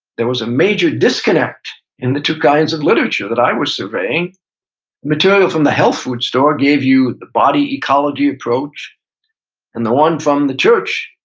there was a major disconnect in the two kinds of literature that i was surveying. the material from the health food store gave you the body ecology approach and the one from the church,